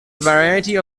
variety